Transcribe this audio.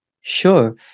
Sure